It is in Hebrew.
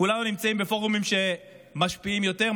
כולנו נמצאים בפורומים שמשפיעים יותר,